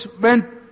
went